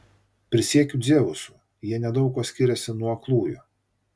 prisiekiu dzeusu jie nedaug kuo skiriasi nuo aklųjų